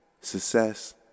success